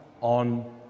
on